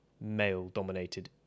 male-dominated